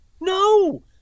No